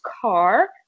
car